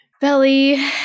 Belly